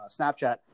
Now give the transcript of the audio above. Snapchat